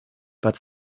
but